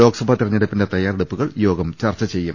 ലോക്സഭാ തെരഞ്ഞെടുപ്പിന്റെ തയാറെടുപ്പുകൾ യോഗം ചർച്ച ചെയ്യും